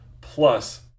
plus